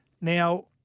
Now